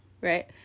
Right